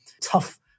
tough